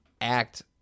act